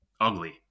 ugly